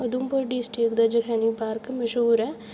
Udhampur district दा Jakhaini park मश्हूर ऐ